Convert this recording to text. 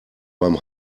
beim